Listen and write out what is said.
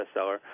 bestseller